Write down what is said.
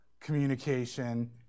communication